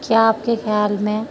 کیا آپ کے خیال میں